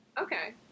Okay